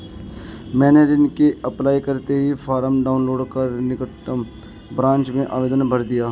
मैंने ऋण के अप्लाई करते ही फार्म डाऊनलोड कर निकटम ब्रांच में आवेदन भर दिया